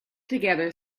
together